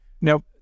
Now